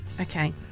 Okay